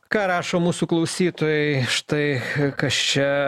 ką rašo mūsų klausytojai štai kas čia